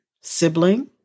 sibling